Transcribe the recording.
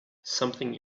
something